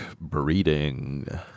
Breeding